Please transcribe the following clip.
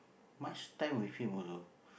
much time with him only